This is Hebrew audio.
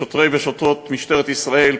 שוטרי ושוטרות משטרת ישראל,